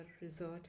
resort